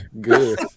good